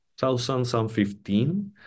2015